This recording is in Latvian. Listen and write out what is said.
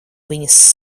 viņas